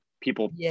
people